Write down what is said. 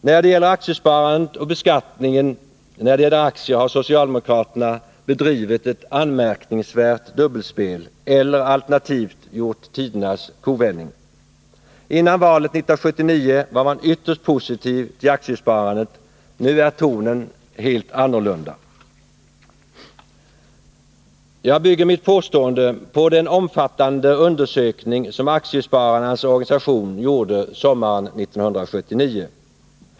När det gäller aktiesparandet och beskattningen i fråga om aktier har socialdemokraterna bedrivit ett anmärkningsvärt dubbelspel, alternativt gjort tidernas kovändning. Före valet 1979 var man ytterst positiv till aktiesparandet, men nu är tonen en helt annan. Vad jag här har påstått bygger jag på den omfattande undersökning som aktiespararnas organisation gjorde sommaren 1979.